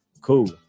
Cool